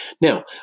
Now